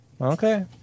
Okay